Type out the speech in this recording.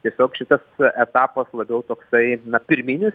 tiesiog šitas etapas labiau toksai na pirminis